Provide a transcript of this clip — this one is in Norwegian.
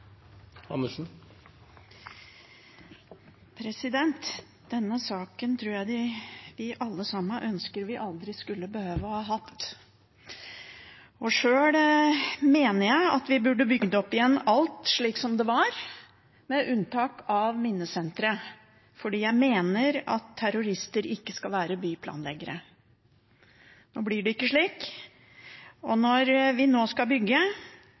Denne saken tror jeg vi alle sammen ønsker vi aldri hadde behøvd å ha. Sjøl mener jeg at vi burde bygd opp igjen alt slik som det var, med unntak av minnesenteret, fordi jeg mener at terrorister ikke skal være byplanleggere. Nå blir det ikke slik. Når vi nå skal bygge,